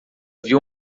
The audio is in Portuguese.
viu